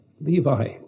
Levi